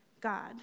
God